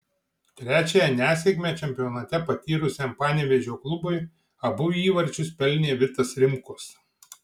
trečiąją nesėkmę čempionate patyrusiam panevėžio klubui abu įvarčius pelnė vitas rimkus